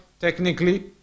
technically